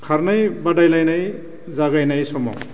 खारनाय बादायलायनाय जागायनाय समाव